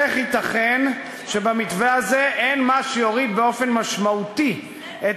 איך ייתכן שבמתווה הזה אין מה שיוריד באופן משמעותי את